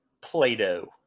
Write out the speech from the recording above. Play-Doh